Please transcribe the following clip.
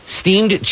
steamed